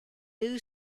new